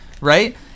right